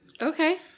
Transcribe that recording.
Okay